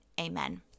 amen